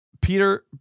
Peter